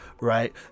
right